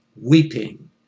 weeping